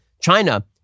China